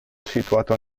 situato